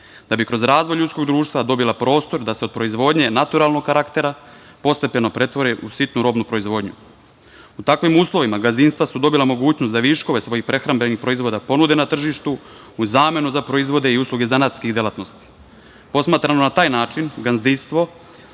da bi kroz razvoj ljudskog društva dobila prostor da se od proizvodnje naturalnog karaktera postepeno pretvori u sitnu robnu proizvodnju.U takvim uslovima, gazdinstva su dobila mogućnost da viškove svojih prehrambenih proizvoda ponude na tržištu u zamenu za proizvode i usluge zanatskih delatnosti. Posmatrano na taj način, gazdinstvo